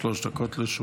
בבקשה, שלוש דקות לרשותך.